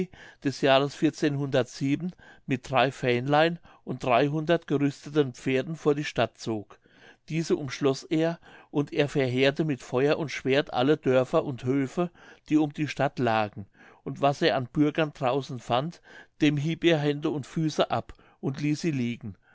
des jahres mit drei fähnlein und dreihundert gerüsteten pferden vor die stadt zog diese umschloß er und er verheerte mit feuer und schwert alle dörfer und höfe die um die stadt lagen und was er an bürgern draußen fand dem hieb er hände und füße ab und ließ sie liegen